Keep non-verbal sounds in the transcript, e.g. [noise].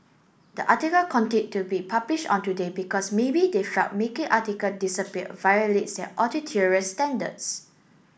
the article [unintelligible] to be published on Today because maybe they felt making article disappear violates their editorial standards